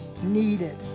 needed